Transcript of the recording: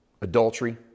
adultery